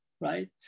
right